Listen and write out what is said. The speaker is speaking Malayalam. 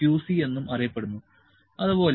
C എന്നും പറയപ്പെടുന്നു അതുപോലെ